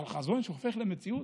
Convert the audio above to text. אבל חזון שהופך למציאות.